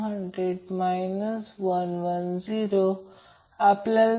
जेव्हा मी मॉड टाकतो तेव्हा हे मग्निट्यूड असतात